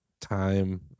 time